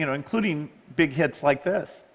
you know including big hits like this.